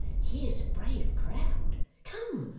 here's a brave crowd! come!